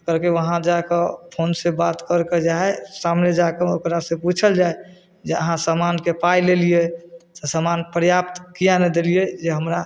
तऽ कहलकै वहाँ जाकऽ फोन से बात करके जे है सामने जाके ओकरा से पूछल जाय जे अहाँ समानके पाइ लेलियै तऽ समान पर्याप्त किए नहि देलियै जे हमरा